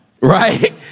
Right